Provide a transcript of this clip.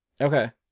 Okay